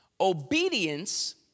Obedience